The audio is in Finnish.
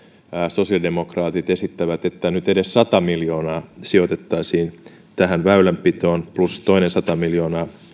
sosiaalidemokraatit esittävät että nyt edes sata miljoonaa sijoitettaisiin väylänpitoon plus toinen sata miljoonaa